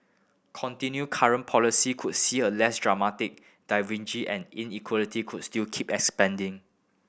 continue current policy could see a less dramatic and inequality could still keep expanding